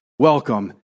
Welcome